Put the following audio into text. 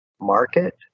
market